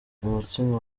umutsima